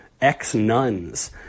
ex-nuns